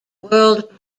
world